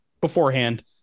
beforehand